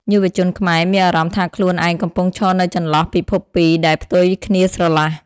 យុវជនខ្មែរមានអារម្មណ៍ថាខ្លួនឯងកំពុងឈរនៅចន្លោះពិភពពីរដែលផ្ទុយគ្នាស្រឡះ។